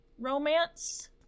romance